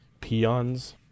Peons